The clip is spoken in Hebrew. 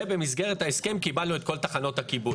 ובמסגרת ההסכם קיבלנו את כל תחנות הכיבוי.